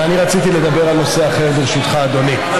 אבל אני רציתי לדבר על נושא אחר, ברשותך, אדוני.